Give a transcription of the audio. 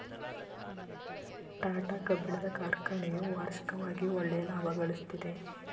ಟಾಟಾ ಕಬ್ಬಿಣದ ಕಾರ್ಖನೆಯು ವಾರ್ಷಿಕವಾಗಿ ಒಳ್ಳೆಯ ಲಾಭಗಳಿಸ್ತಿದೆ